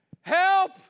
help